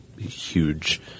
huge